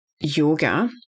yoga